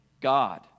God